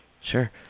Sure